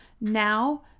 now